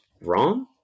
wrong